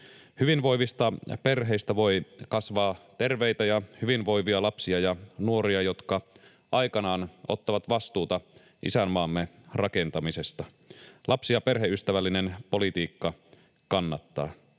Hyvinvoivista perheistä voi kasvaa terveitä ja hyvinvoivia lapsia ja nuoria, jotka aikanaan ottavat vastuuta isänmaamme rakentamisesta. Lapsi- ja perheystävällinen politiikka kannattaa.